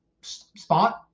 spot